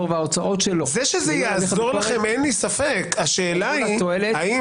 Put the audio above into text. וההוצאות שלו --- אין לי ספק שזה יעזור לכם.